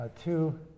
two